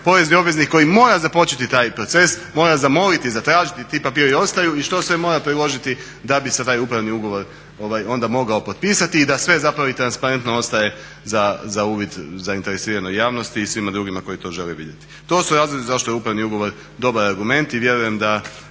porezni obveznik koji mora započeti taj proces mora zamoliti, zatražiti i ti papiri ostaju i što sve mora priložiti da bi se taj upravni ugovor onda mogao potpisati i da sve transparentno ostaje za uvid zainteresiranoj javnosti i svima drugima koji to žele vidjeti. To su razlozi zašto je upravni ugovor dobar argument i vjerujem da